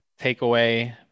takeaway